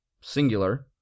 Singular